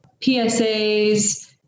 PSAs